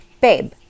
babe